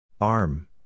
Arm